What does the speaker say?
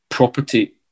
property